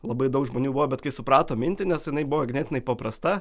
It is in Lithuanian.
labai daug žmonių buvo bet kai suprato mintį nes jinai buvo ganėtinai paprasta